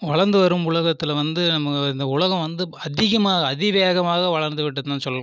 வளந்து வரும் உலகத்தில் வந்து நம்ம இந்த உலகம் வந்து அதிகமாக அதிவேகமாக வளந்துவிட்டதுனுதான் சொல்லலாம்